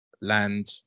land